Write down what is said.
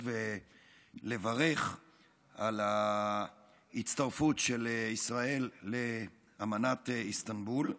ולברך על ההצטרפות של ישראל לאמנת איסטנבול.